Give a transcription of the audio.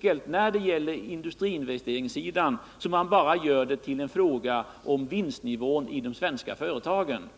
på den bristande investeringsviljan att man bara gör den till en fråga om vinstnivån i de svenska företagen.